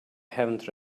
haven’t